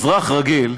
אזרח רגיל,